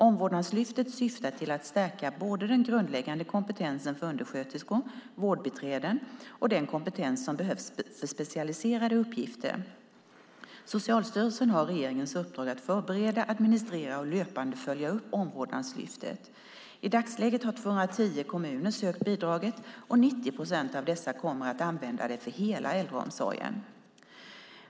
Omvårdnadslyftet syftar till att stärka både den grundläggande kompetensen för undersköterskor och vårdbiträden och den kompetens som behövs för specialiserade uppgifter. Socialstyrelsen har regeringens uppdrag att förbereda, administrera och löpande följa upp Omvårdnadslyftet. I dagsläget har 210 kommuner sökt bidraget, och 90 procent av dessa kommer att använda det för hela äldreomsorgen.